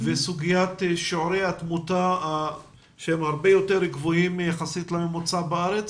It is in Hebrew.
וסוגיית שיעורי התמותה הגבוהים יותר יחסית לממוצע בארץ.